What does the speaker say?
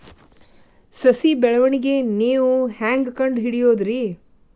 ಸಸಿ ಬೆಳವಣಿಗೆ ನೇವು ಹ್ಯಾಂಗ ಕಂಡುಹಿಡಿಯೋದರಿ?